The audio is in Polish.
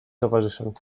towarzyszem